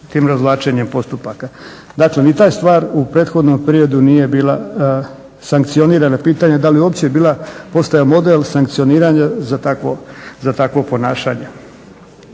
tim razvlačenjem postupaka. Dakle, ni ta stvar u prethodnom periodu nije bila sankcionirana. Pitanje je da li je uopće bio postojao model sankcioniranja za takvo ponašanje?